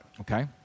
Okay